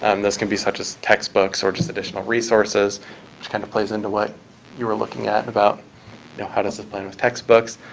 um can be such as textbooks, or just additional resources. it kind of plays into what you were looking at about how does it play with textbooks,